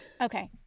Okay